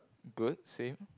good same